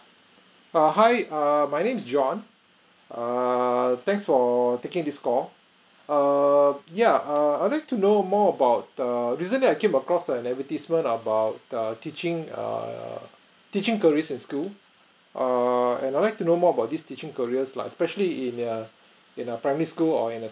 err hi err my name is john err thanks for taking this call err yeah err I would like to know more about the recently I came across an advertisement about err teaching err teaching careers in school err and I'd like to know more about this teaching careers lah especially in a in a primary school or in a